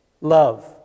love